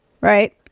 Right